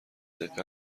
دقت